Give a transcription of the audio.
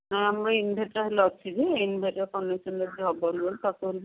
ନାଇଁ ଆମର ଇନ୍ଭେଟର୍ ହେଲେ ଅଛି ଯେ ଇନ୍ଭେଟର୍ କନେକ୍ସନ୍ରେ ଯଦି